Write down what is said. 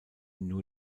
nur